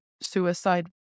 suicide